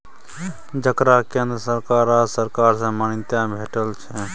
जकरा केंद्र सरकार आ राज्य सरकार सँ मान्यता भेटल छै